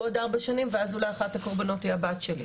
בעוד ארבע שנים ואז אולי אחת הקורבנות היא הבת שלי.